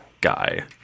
guy